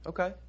Okay